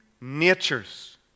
natures